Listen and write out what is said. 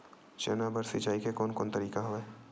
चना बर सिंचाई के कोन कोन तरीका हवय?